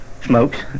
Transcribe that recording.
smokes